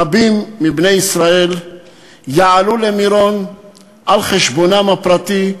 רבים מבני ישראל יעלו למירון על חשבונם הפרטי,